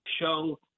show